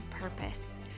purpose